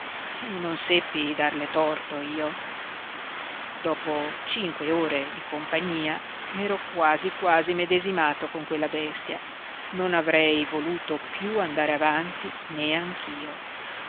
e non seppi darle torto io dopo cinque ore di compagnia m'ero quasi quasi medesimato con quella bestia non avrei voluto piú andare avanti neanch'io